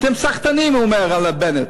"אתם סחטנים" הוא אומר על בנט.